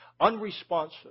Unresponsive